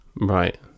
Right